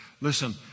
listen